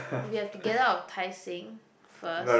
we have to get out of Tai-Seng first